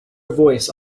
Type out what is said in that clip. voice